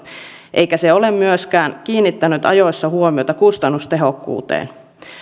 eikä se ole myöskään kiinnittänyt ajoissa huomiota kustannustehokkuuteen